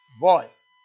voice